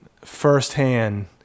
firsthand